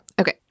Okay